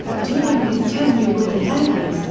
during his tenure with the yankees,